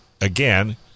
again